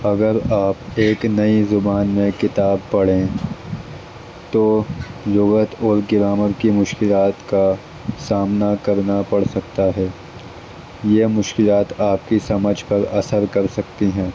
اگر آپ ایک نئی زبان میں کتاب پڑھیں تو لغت اور گرامر کی مشکلات کا سامنا کرنا پڑ سکتا ہے یہ مشکلات آپ کی سمجھ پر اثر کر سکتی ہیں